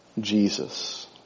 Jesus